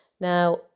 Now